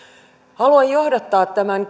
haluan johdattaa tämän